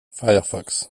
firefox